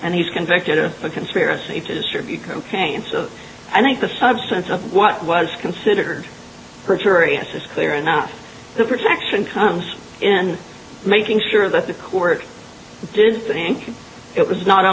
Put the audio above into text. and he's convicted of a conspiracy to distribute cocaine so i think the substance of what was considered perjurious is clear enough the protection comes in making sure that the court did think it was not